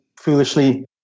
foolishly